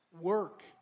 work